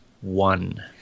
one